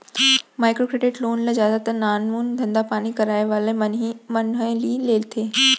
micro credit loan ल जादातर नानमून धंधापानी करइया वाले मन ह ही लेथे